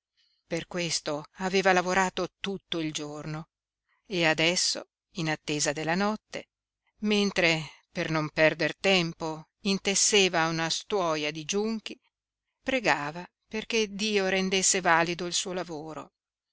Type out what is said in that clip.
per questo aveva lavorato tutto il giorno e adesso in attesa della notte mentre per non perder tempo intesseva una stuoia di giunchi pregava perché dio rendesse valido il suo lavoro